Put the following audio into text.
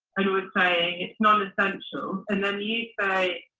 and were saying it's non-essential and then you say,